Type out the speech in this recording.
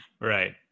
Right